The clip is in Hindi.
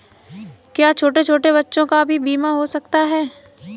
क्या छोटे छोटे बच्चों का भी बीमा हो सकता है?